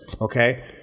okay